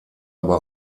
aber